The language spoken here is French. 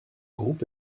groupe